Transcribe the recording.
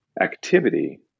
activity